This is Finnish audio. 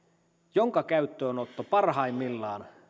jonka käyttöönotto parhaimmillaan